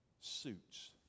suits